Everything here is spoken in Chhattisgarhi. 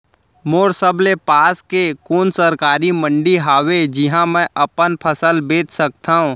मोर सबले पास के कोन सरकारी मंडी हावे जिहां मैं अपन फसल बेच सकथव?